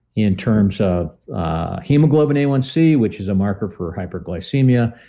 in terms of hemoglobin a one c which is a marker for hyperglycemia,